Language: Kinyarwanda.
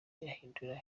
yahindura